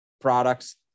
products